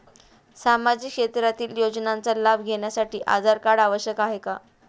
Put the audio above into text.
सामाजिक क्षेत्रातील योजनांचा लाभ घेण्यासाठी आधार कार्ड आवश्यक आहे का?